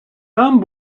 там